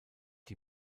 die